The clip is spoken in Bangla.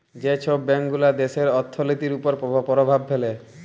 যে ছব ব্যাংকগুলা দ্যাশের অথ্থলিতির উপর পরভাব ফেলে